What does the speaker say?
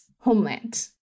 homeland